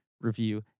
review